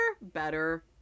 better